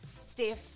Steph